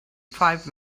five